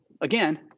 again